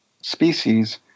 species